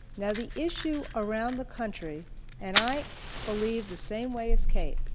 now, the issue around the country and i believe the same way as kate,